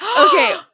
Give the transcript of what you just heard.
Okay